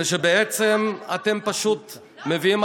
אני שואלת מתי אני יכולה לחזור.